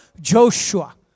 Joshua